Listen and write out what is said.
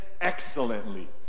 Excellently